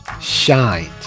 shines